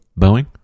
Boeing